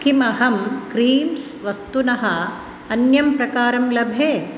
किमहं क्रीम्स् वस्तुनः अन्यं प्रकारं लभे